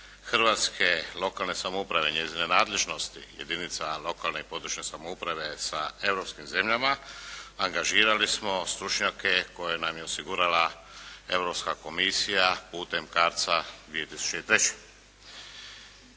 hrvatske lokalne samouprave, njezine nadležnosti jedinica lokalne i područne samouprave sa europskim zemljama angažirali smo stručnjake koje nam je osigurala Europska komisija putem CARDS-a 2003.